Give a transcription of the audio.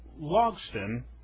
Logston